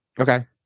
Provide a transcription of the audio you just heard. okay